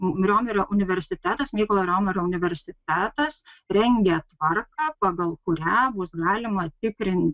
riomerio universitetas mykolo romerio universitetas rengia tvarką pagal kurią bus galima tikrinti